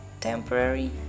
temporary